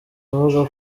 avuga